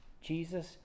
Jesus